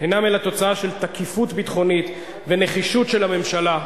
אינם אלא תוצאה של תקיפות ביטחונית ונחישות של הממשלה.